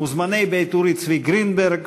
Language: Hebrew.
מוזמני בית אורי צבי גרינברג,